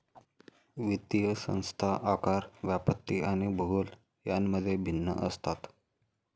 वित्तीय संस्था आकार, व्याप्ती आणि भूगोल यांमध्ये भिन्न असतात